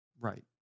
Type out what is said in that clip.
Right